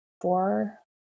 four